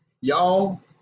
y'all